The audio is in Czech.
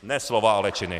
Ne slova, ale činy.